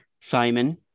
Simon